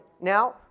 Now